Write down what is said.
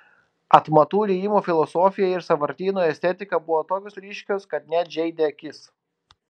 atmatų rijimo filosofija ir sąvartyno estetika buvo tokios ryškios kad net žeidė akis